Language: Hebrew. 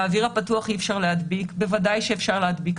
"באוויר הפתוח אי אפשר להדביק" בוודאי שאפשר להדביק.